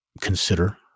consider